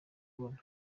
ubona